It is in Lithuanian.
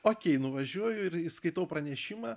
okei nuvažiuoju ir skaitau pranešimą